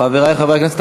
חברי חברי הכנסת,